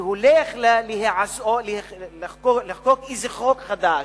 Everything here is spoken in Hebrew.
שהולך להיחקק איזה חוק חדש,